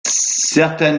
certaines